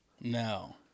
no